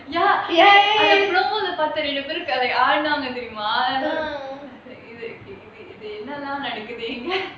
ya பார்த்த ரெண்டு பேரு ஆடு வாங்க தெரியுமா இது எண்ணலாம் நடிக்குது இங்க:paartha rendu peru aadu vaanga teriyumaa ithu ennalaam nadikuthu inga